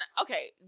okay